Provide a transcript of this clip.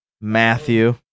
Matthew